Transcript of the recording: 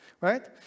right